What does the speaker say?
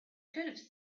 could